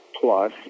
plus